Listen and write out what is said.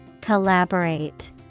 Collaborate